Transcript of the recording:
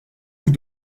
coup